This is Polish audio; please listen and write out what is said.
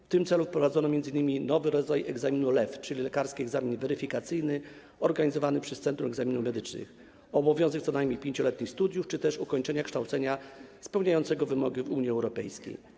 W tym celu wprowadzono m.in. nowy rodzaj egzaminu - LEW, czyli lekarski egzamin weryfikacyjny, organizowany przez Centrum Egzaminów Medycznych, obowiązek posiadania 5-letnich studiów czy też ukończenia kształcenia spełniającego wymogi Unii Europejskiej.